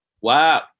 Wow